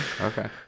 Okay